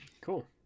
Cool